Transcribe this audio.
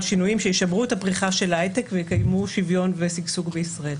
על שינויים שישמרו את הפריחה של ההייטק ויקיימו שוויון ושגשוג בישראל.